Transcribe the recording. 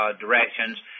directions